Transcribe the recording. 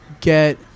get